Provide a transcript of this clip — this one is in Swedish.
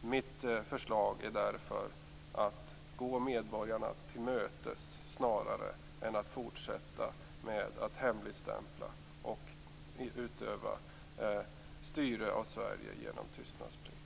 Mitt förslag är därför att man skall gå medborgarna till mötes snarare än att fortsätta att hemligstämpla och styra Sverige genom tystnadsplikt.